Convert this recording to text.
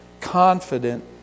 Confident